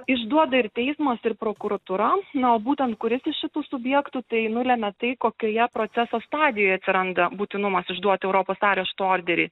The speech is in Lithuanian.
išduoda ir teismas ir prokuratūra na o būtent kuris iš šitų subjektų tai nulemia tai kokioje proceso stadijoje atsiranda būtinumas išduoti europos arešto orderį